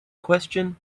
question